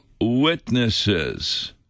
witnesses